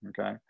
okay